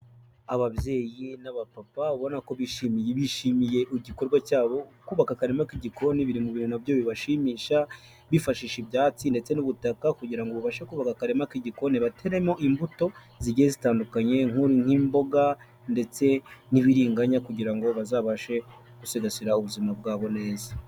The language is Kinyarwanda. Ababyeyi n'abapapa ubona ko bishimiye, bishimiye igikorwa cyabo, kubaka akarima k'igikoni biri mu bintu nabyo bibashimisha, bifashisha ibyatsi ndetse n'ubutaka kugira ngo babashe kubaka akarima k'igikoni bateremo imbuto zigiye zitandukanye, nk'imboga, ndetse n'ibiringanya kugira ngo bazabashe gusigasira ubuzima bwabo neza.